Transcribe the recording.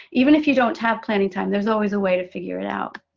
even if you don't have planning time, there is always a way to figure it out.